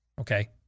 okay